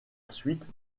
suite